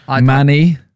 Manny